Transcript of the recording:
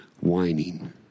whining